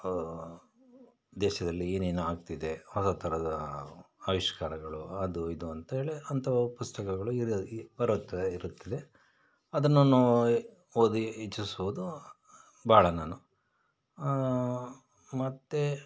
ದೇಶದಲ್ಲಿ ಏನೇನು ಆಗ್ತಿದೆ ಹೊಸ ಥರದ ಅವಿಷ್ಕಾರಗಳು ಅದೂ ಇದೂ ಅಂತೇಳಿ ಅಂಥವು ಪುಸ್ತಕಗಳು ಇರು ಬರುತ್ತದೆ ಇರುತ್ತದೆ ಅದನ್ನು ನಾನು ಓದಿ ಇಚ್ಛಿಸುವುದು ಭಾಳ ನಾನು ಮತ್ತು